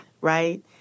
right